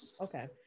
okay